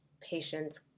patients